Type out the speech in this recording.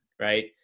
Right